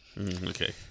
okay